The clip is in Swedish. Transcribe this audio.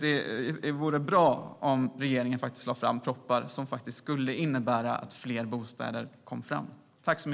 Det vore bra om regeringen lade fram propositioner som innebär att fler bostäder kommer fram.